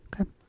Okay